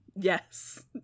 Yes